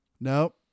Nope